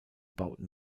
bauten